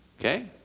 okay